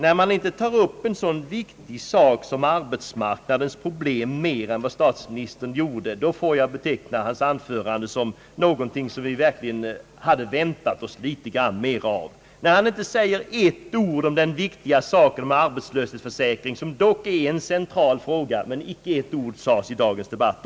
Vi hade också väntat oss att statsministern skulle ta upp en så viktig angelägenhet som «arbetsmarknadens problem mera ingående. Icke ett ord sades i statsministerns anförande om arbetslöshetsförsäkringen, vilket är en mycket central fråga.